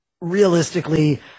realistically